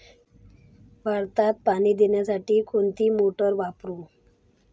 भाताला पाणी देण्यासाठी कोणती मोटार वापरू?